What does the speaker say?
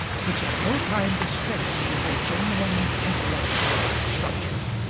which at no time dispensed with a genuine intellectual structure.